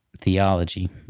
theology